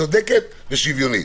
צודקת ושוויונית.